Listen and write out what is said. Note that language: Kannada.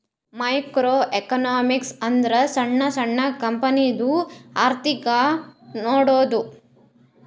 ಮೈಕ್ರೋ ಎಕನಾಮಿಕ್ಸ್ ಅಂದುರ್ ಸಣ್ಣು ಸಣ್ಣು ಕಂಪನಿದು ಅರ್ಥಿಕ್ ನೋಡದ್ದು